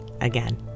Again